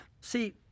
See